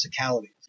physicality